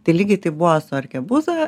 tai lygiai taip buvo su arkebuza